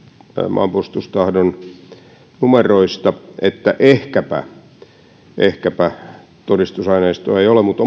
maanpuolustustahdon numeroista että ehkäpä ehkäpä todistusaineistoa ei ole mutta